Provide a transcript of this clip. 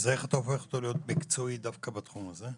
אז איך אתה הופך אותו להיות מקצועי דווקא בתחום הזה?